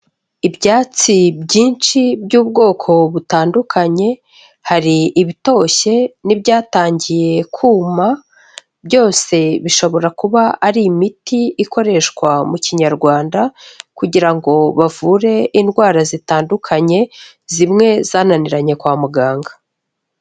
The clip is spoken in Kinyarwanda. Ibyatsi byinshi by'ubwoko butandukanye, hari ibitoshye n'ibyatangiye kuma, byose bishobora kuba ari imiti ikoreshwa mu kinyarwanda, kugira ngo bavure indwara zitandukanye, zimwe zananiranye kwa muganga,